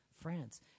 France